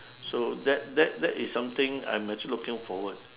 so that that that is something I'm actually looking forward